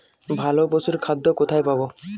ভালো পশুর খাদ্য কোথায় পাবো?